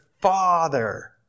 Father